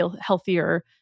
healthier